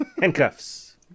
handcuffs